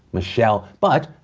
michelle. but,